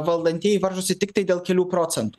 valdantieji varžosi tiktai dėl kelių procentų